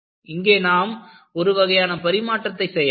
இங்கே நாம் ஒரு வகையான பரிமாற்றத்தை செய்ய வேண்டும்